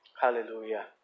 Hallelujah